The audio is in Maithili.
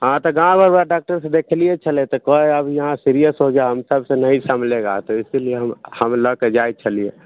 हँ तऽ गामवला डॉक्टरके देखेने छलिए तऽ कहै हइ आब यहाँ सीरिअस हो जाइ हमसब से नहीं सँभलेगा तऽ इसीलिए हम हम लऽ कऽ जाइ छलिए